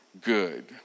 good